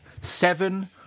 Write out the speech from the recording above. seven